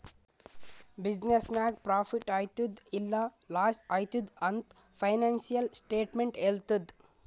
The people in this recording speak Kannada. ಬಿಸಿನ್ನೆಸ್ ನಾಗ್ ಪ್ರಾಫಿಟ್ ಆತ್ತುದ್ ಇಲ್ಲಾ ಲಾಸ್ ಆತ್ತುದ್ ಅಂತ್ ಫೈನಾನ್ಸಿಯಲ್ ಸ್ಟೇಟ್ಮೆಂಟ್ ಹೆಳ್ತುದ್